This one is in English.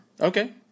Okay